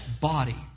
body